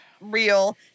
real